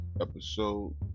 episode